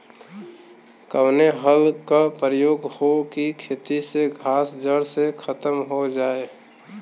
कवने हल क प्रयोग हो कि खेत से घास जड़ से खतम हो जाए?